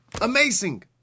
amazing